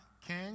King